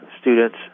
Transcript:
students